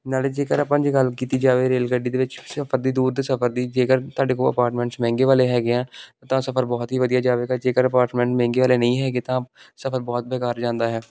ਨਾਲੇ ਜੇਕਰ ਆਪਾਂ ਜੇ ਗੱਲ ਕੀਤੀ ਜਾਵੇ ਰੇਲ ਗੱਡੀ ਦੇ ਵਿੱਚ ਸਫ਼ਰ ਦੀ ਦੂਰ ਦੇ ਸਫ਼ਰ ਦੀ ਜੇਕਰ ਤੁਹਾਡੇ ਕੋਲ ਅਪਾਰਟਮੈਂਟਸ ਮਹਿੰਗੇ ਵਾਲੇ ਹੈਗੇ ਆ ਤਾਂ ਸਫ਼ਰ ਬਹੁਤ ਹੀ ਵਧੀਆ ਜਾਵੇਗਾ ਜੇਕਰ ਅਪਾਰਟਮੈਂਟ ਵਾਲੇ ਨਹੀਂ ਹੈਗੇ ਤਾਂ ਸਫ਼ਰ ਬਹੁਤ ਬੇਕਾਰ ਜਾਂਦਾ ਹੈ